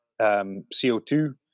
CO2